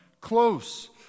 close